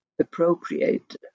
appropriate